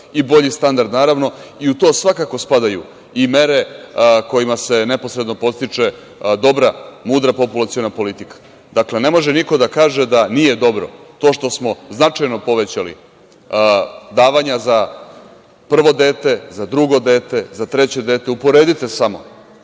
i bolji standard, naravno. U to svakako spadaju i mere kojima se neposredno podstiče dobra, mudra populaciona politika. Dakle, ne može niko da kaže da nije dobro to što smo značajno povećali davanja za prvo dete, za drugo dete, za treće dete. Uporedite samo